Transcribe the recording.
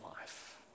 life